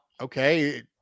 okay